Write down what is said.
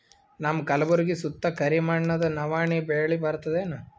ನಮ್ಮ ಕಲ್ಬುರ್ಗಿ ಸುತ್ತ ಕರಿ ಮಣ್ಣದ ನವಣಿ ಬೇಳಿ ಬರ್ತದೇನು?